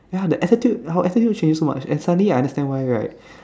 ya the attitude our attitude changed so much and suddenly I understand why right